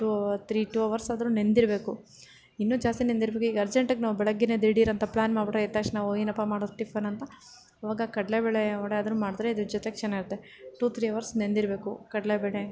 to three two hours ಆದ್ರೂ ನೆನೆದಿರ್ಬೇಕು ಇನ್ನೂ ಜಾಸ್ತಿ ನೆನ್ದಿರ್ಬೇಕು ಈಗ ಅರ್ಜೆಂಟಿಗೆ ನಾವು ಬೆಳಗ್ಗೆಯೇ ದಿಢೀರ್ ಅಂತ ಪ್ಲ್ಯಾನ್ ಮಾಡ್ಬಿಟ್ರೆ ಎದ್ದ ತಕ್ಷಣ ಓ ಏನಪ್ಪ ಮಾಡೋದು ಟಿಫನ್ ಅಂತ ಈವಾಗ ಕಡಲೇ ಬೇಳೆ ವಡೆ ಆದ್ರೂ ಮಾಡಿದ್ರೆ ಇದರ ಜೊತೆಗೆ ಚೆನ್ನಾಗಿರುತ್ತೆ ಟು ತ್ರೀ ಅವರ್ಸ್ ನೆನೆದಿರ್ಬೇಕು ಕಡಲೇ ಬೇಳೆ